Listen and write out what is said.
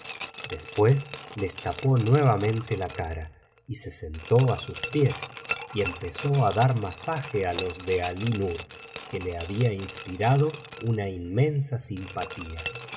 después les tapó nuevamente la cara se sentó á sus pies y empezó á dar masaje á los de ali nur que le había inspirado una inmensa simpatía